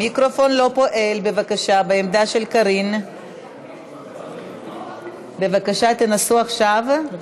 חברי שרים נכבדים, חברי וחברות הכנסת, בעוד